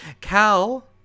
Cal